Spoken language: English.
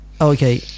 Okay